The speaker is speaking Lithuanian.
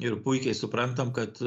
ir puikiai suprantam kad